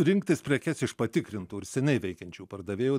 rinktis prekes iš patikrintų ir seniai veikiančių pardavėjų